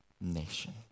nation